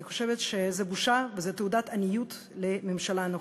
אני חושבת שזו בושה וזו תעודת עניות לממשלה הנוכחית.